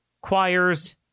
choirs